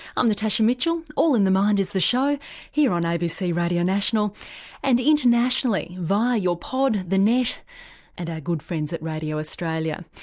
i'm natasha mitchell, all in the mind is the show here on abc radio national and internationally via your pod, the net and our good friends at radio australia.